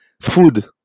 food